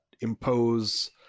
impose